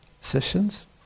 sessions